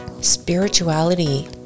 spirituality